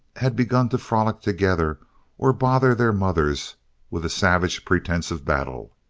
had begun to frolic together or bother their mothers with a savage pretense of battle.